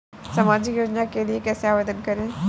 सामाजिक योजना के लिए कैसे आवेदन करें?